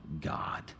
God